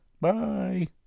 Bye